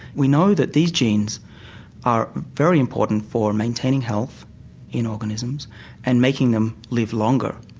we know that these genes are very important for maintaining health in organisms and making them live longer.